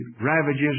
ravages